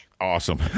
Awesome